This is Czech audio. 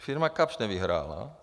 Firma Kapsch nevyhrála.